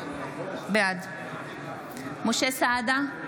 בעד משה סעדה,